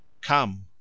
Come